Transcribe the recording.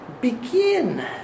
begin